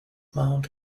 mount